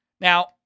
Now